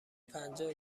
پنجاه